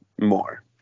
more